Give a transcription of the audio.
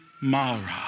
Mara